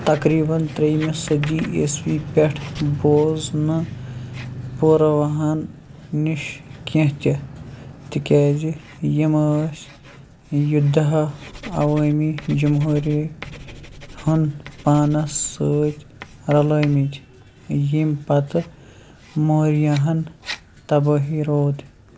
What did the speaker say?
تقریٖباً ترٛیٚیِمہِ صٔدی عیٖسوی پیٹھ بوٗز نہٕ پُرواہن نِش کیٚنٛہہ تہِ تِکیازِ یِم ٲسۍ یُدھا عوٲمی جمہوٗرِیہ ہن پانَس سۭتۍ رلٲومٕتۍ یِم پتہٕ مورِیاہن تبٲہی روٗدۍ